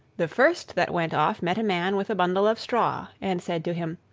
the first that went off met a man with a bundle of straw, and said to him,